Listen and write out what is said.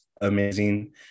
amazing